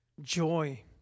Joy